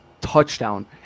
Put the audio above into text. touchdown